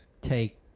Take